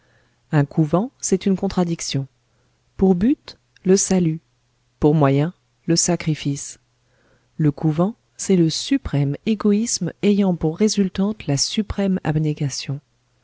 un couvent c'est une contradiction pour but le salut pour moyen le sacrifice le couvent c'est le suprême égoïsme ayant pour résultante la suprême abnégation